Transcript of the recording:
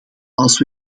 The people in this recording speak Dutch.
als